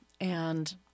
And-